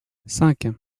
cinq